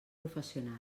professional